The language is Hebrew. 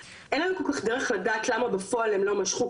אין לנו כל כך דרך לדעת בפועל למה הם לא משכו,